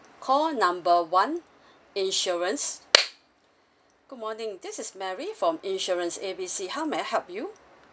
call number one insurance good morning this is mary from insurance A B C how may I help you